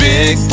Big